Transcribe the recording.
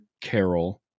Carol